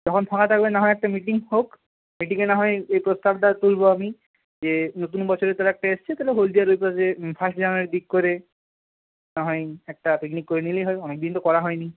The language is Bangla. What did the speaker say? যখন ফাঁকা থাকবে না হয় একটা মিটিং হোক মিটিংয়ে না হয় এই প্রস্তাবটা তুলব আমি যে নতুন বছরে তাহলে একটা এসেছে তাহলে হলদিয়ার ওই পাশে ফার্স্ট জানুয়ারির দিক করে না হয় একটা পিকনিক করে নিলেই হয় অনেক দিন তো করা হয়নি